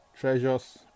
treasures